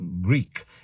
Greek